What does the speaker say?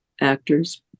actors